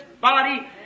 body